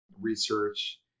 research